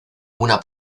una